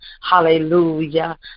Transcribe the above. hallelujah